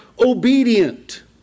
obedient